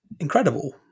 incredible